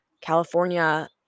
California